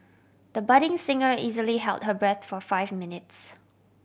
the budding singer easily held her breath for five minutes